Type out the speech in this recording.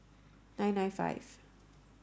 nine nine five